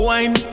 Wine